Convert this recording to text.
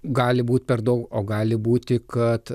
gali būti per daug o gali būti kad